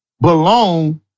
belong